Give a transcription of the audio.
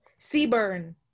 Seaburn